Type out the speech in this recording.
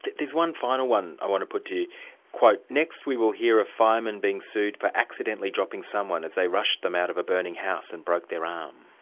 there's one final one i want to put to you next, we will hear of firemen being sued for accidentally dropping someone as they rushed them out of a burning house and broke their um